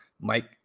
Mike